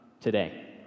today